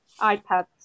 iPads